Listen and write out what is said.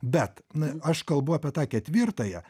bet na aš kalbu apie tą ketvirtąją